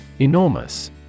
Enormous